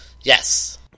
yes